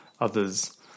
others